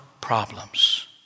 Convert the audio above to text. problems